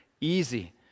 easy